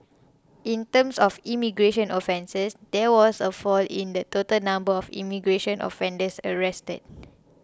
in terms of immigration offences there was a fall in the total number of immigration offenders arrested